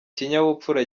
kinyabupfura